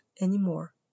anymore